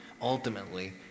ultimately